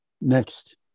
Next